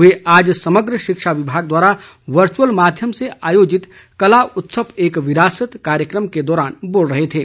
वे आज समग्र शिक्षा विभाग द्वारा वर्चुअल माध्यम से आयोजित कला उत्सव एक विरासत कार्यक्रम के दौरान बोल रहे थे